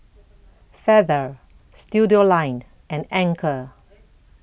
Feather Studioline and Anchor